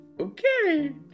Okay